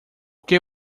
que